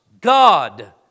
God